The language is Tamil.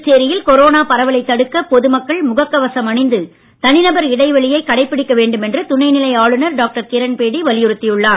புதுச்சேரியில் கொரோனா பரவலைத் தடுக்க பொது மக்கள் ழுகக் கவசம் அணிந்து தனிநபர் இடைவெளியை கடைபிடிக்க வேண்டுமென்று துணை நிலை ஆளுநர் டாக்டர் கிரண்பேடி வலியுறுத்தி உள்ளார்